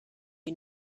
you